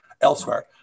elsewhere